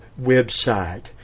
website